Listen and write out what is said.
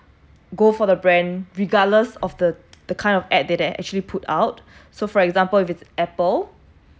go for the brand regardless of the the kind of ad they actually put out so for example if it's apple